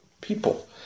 people